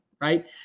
right